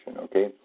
okay